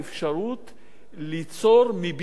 ליצור מוביליות בין-דורית.